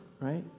right